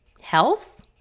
health